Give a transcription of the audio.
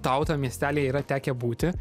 tau tam miestelyje yra tekę būti